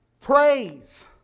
Praise